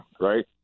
right